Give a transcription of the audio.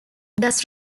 thus